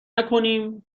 نکنیم